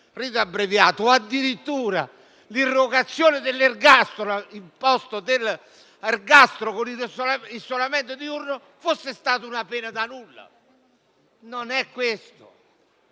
rito abbreviato o addirittura l'irrogazione dell'ergastolo al posto dell'ergastolo con isolamento diurno fossero pene da nulla. Non è questo